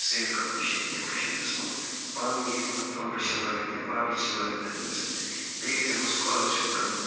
swimming competition یَتھ کَشمیٖرَس منٛز پانہٕ ؤنۍ ییٚلہِ یِمَن کَمپِٹِشَن لَگَن یا باقٕے چیٖز لَگَن تہٕ أمۍ سۭتۍ گژھِ بیٚیہِ گژھِ یِمَن سُکالَرشِپ تَرُن